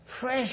fresh